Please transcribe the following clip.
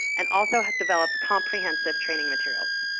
and also develops comprehensive training materials.